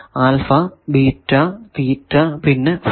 alpha beta theta പിന്നെ phi